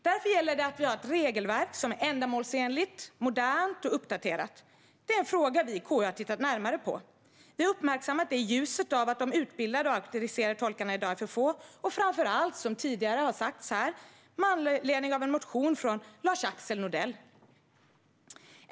Därför måste vi ha ett regelverk som är ändamålsenligt, modernt och uppdaterat. Det är en fråga som vi i KU har tittat närmare på. Vi har uppmärksammat detta med anledning av en motion av Lars-Axel Nordell, i ljuset av att de utbildade och auktoriserade tolkarna i dag är för få.